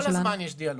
כל הזמן יש דיאלוג.